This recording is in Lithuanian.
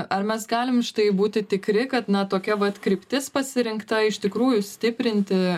ar mes galim štai būti tikri kad na tokia vat kryptis pasirinkta iš tikrųjų stiprinti